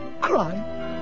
cry